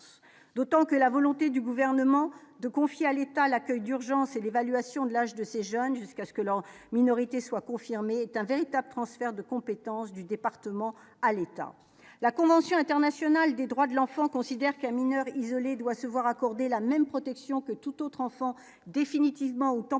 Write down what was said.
d'autant que la volonté du gouvernement de confier à l'État, l'accueil d'urgence et l'évaluation de l'âge de ces jeunes jusqu'à ce que leur minorité soit confirmé, est un véritable transfert de compétence du département à l'État la convention internationale des droits de l'enfant, considère qu'un mineur isolé doit se voir accorder la même protection que toute autre enfant définitivement ou temporairement